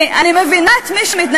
אני מבינה את מי שמתנגד.